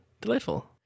Delightful